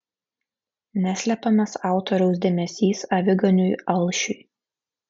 neslepiamas autoriaus dėmesys aviganiui alšiui